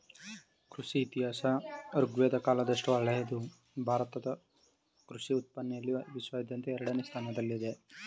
ಕೃಷಿ ಇತಿಹಾಸ ಋಗ್ವೇದ ಕಾಲದಷ್ಟು ಹಳೆದು ಭಾರತ ಕೃಷಿ ಉತ್ಪಾದನೆಲಿ ವಿಶ್ವಾದ್ಯಂತ ಎರಡನೇ ಸ್ಥಾನದಲ್ಲಿದೆ